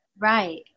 Right